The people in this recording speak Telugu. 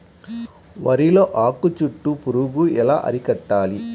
వరిలో ఆకు చుట్టూ పురుగు ఎలా అరికట్టాలి?